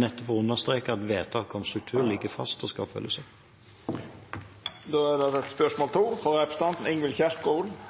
nettopp for å understreke at vedtaket om struktur ligger fast og skal følges opp. Dette spørsmålet, frå representanten Ingvild Kjerkol til helse- og omsorgsministeren, er